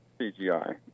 CGI